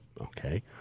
Okay